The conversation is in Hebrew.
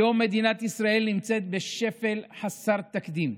היום מדינת ישראל נמצאת בשפל חסר תקדים: